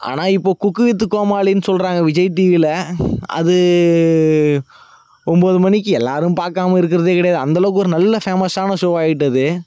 ஆனால் இப்போ cook with கோமாளினு சொல்லுறாங்க விஜய் டிவியில் அது ஒன்போது மணிக்கி எல்லோரும் பார்க்காம இருக்கிறதே கிடையாது அந்தளவுக்கு ஒரு நல்ல ஃபேமஸான ஷோவாயிட்டு அது